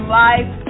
life